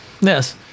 yes